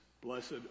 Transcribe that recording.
Blessed